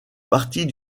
partie